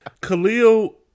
Khalil